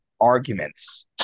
arguments